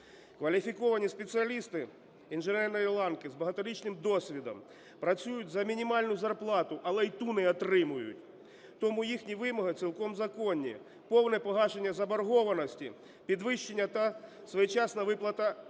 Кваліфіковані спеціалісти інженерної ланки з багаторічним досвідом працюють за мінімальну зарплату, але і ту не отримують. Тому їхні вимоги цілком законні: повне погашення заборгованості, підвищення та своєчасна виплата зарплати,